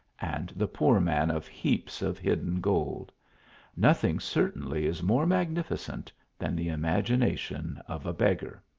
and the poor man of heaps of hidden gold nothing certainly is more magnificent than the imagination of a beggar.